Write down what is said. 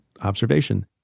observation